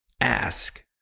ask